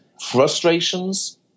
frustrations